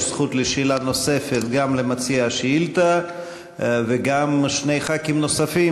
יש זכות לשאלה נוספת גם למציע השאילתה וגם לשני חברי כנסת נוספים.